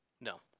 No